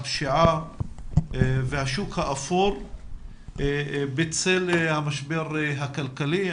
הפשיעה והשוק האפור בצל המשבר הכלכלי.